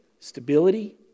Stability